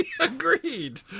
agreed